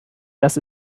das